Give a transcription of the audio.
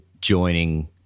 joining